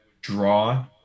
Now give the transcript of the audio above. draw